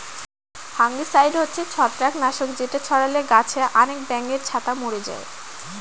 fungicide হচ্ছে ছত্রাক নাশক যেটা ছড়ালে গাছে আনেক ব্যাঙের ছাতা মোরে যায়